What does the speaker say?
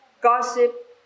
gossip